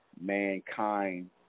mankind